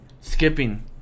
skipping